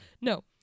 no